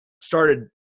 started